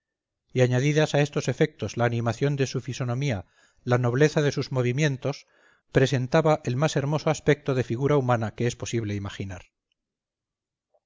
y añadidas a estos efectos la animación de su fisonomía la nobleza de sus movimientos presentaba el más hermoso aspecto de figura humana que es posible imaginar